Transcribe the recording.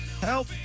help